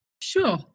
sure